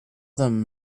them